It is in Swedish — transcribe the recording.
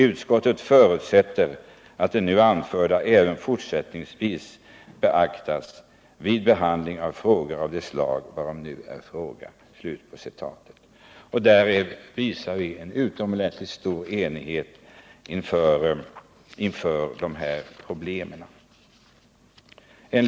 Utskottet förutsätter att det nu anförda även fortsättningsvis beaktas vid behandlingen av frågor av det slag varom nu är fråga.” Inför de här problemen visar vi inom utskottet en utomordentligt stor enighet.